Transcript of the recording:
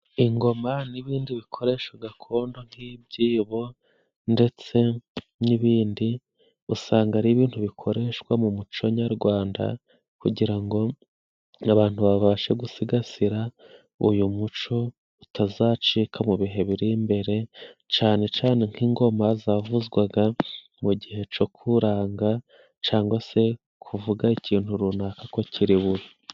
Ingoma n'ibindi bikoresho gakondo nk'ibyibo ndetse n'ibindi usanga ari ibintu bikoreshwa mu muco nyarwanda, kugira ngo abantu babashe gusigasira uyu muco utazacika mu bihe biri imbere cane cane nk'ingoma zavuzwaga mu gihe co kuranga, cangwa se kuvuga ikintu runaka ko kiri bube.